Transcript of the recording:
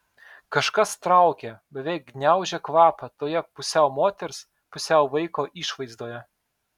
kažkas traukė beveik gniaužė kvapą toje pusiau moters pusiau vaiko išvaizdoje